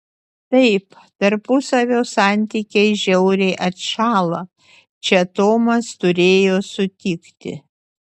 taip tarpusavio santykiai žiauriai atšąla čia tomas turėjo sutikti